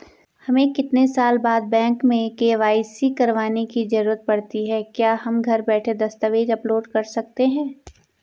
हमें कितने साल बाद बैंक में के.वाई.सी करवाने की जरूरत पड़ती है क्या हम घर बैठे दस्तावेज़ अपलोड कर सकते हैं?